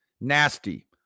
nasty